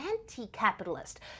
anti-capitalist